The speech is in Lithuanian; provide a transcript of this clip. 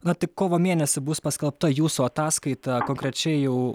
na tik kovo mėnesį bus paskelbta jūsų ataskaita konkrečiai jau